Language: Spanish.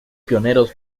pioneros